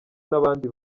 n’abandi